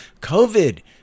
covid